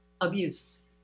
abuse